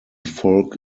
folk